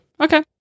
Okay